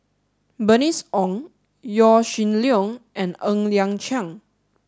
Bernice Ong Yaw Shin Leong and N Liang Chiang